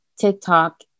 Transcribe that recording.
TikTok